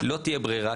לא תהיה ברירה,